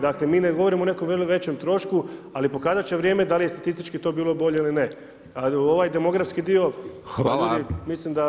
Dakle mi ne govorimo o nekom većem trošku, ali pokazat će vrijeme da li je to statistički to bilo bolje ili ne, ali u ovaj demografski dio … mislim da